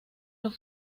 los